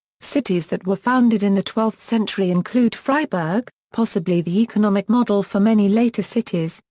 cities that were founded in the twelfth century include freiburg, possibly the economic model for many later cities,